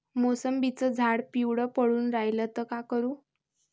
मोसंबीचं झाड पिवळं पडून रायलं त का करू?